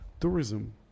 tourism